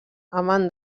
amant